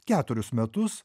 keturis metus